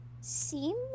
seem